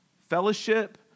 fellowship